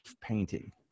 painting